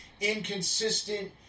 inconsistent